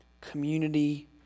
community